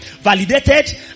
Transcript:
validated